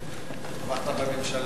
תמכת בממשלה.